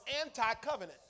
anti-covenant